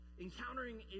encountering